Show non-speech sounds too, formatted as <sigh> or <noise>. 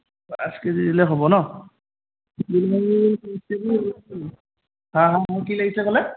পাঁচ K G দিলে হ'ব ন <unintelligible> হা হা আৰু কি লাগিছিলে ক'লে